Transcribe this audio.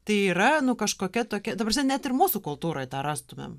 tai yra nu kažkokia tokia ta prasme net ir mūsų kultūroj tą rastumėm